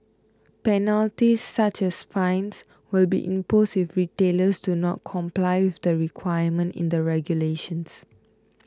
penalties such as fines will be imposed if retailers do not comply with the requirement in the regulations